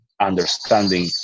understanding